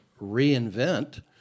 reinvent